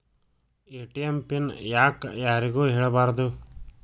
ATM PIN ಯಾಕ್ ಯಾರಿಗೂ ಹೇಳಬಾರದು?